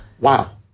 Wow